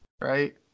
Right